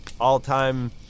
all-time